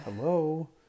Hello